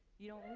you know.